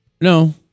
no